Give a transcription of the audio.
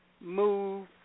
move